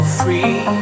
free